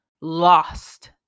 lost